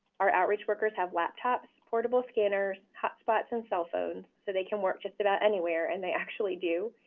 our outreach workers have laptops, portable scanners, hotspots and cell phones so they can work just about anywhere, and they actually do.